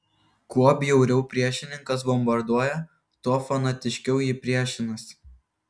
kuo bjauriau priešininkas bombarduoja tuo fanatiškiau ji priešinasi